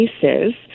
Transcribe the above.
cases